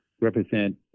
represent